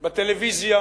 שודרה בטלוויזיה